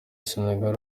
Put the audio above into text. senegal